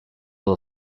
will